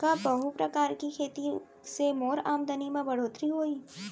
का बहुप्रकारिय खेती से मोर आमदनी म बढ़होत्तरी होही?